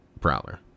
Prowler